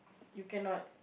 you cannot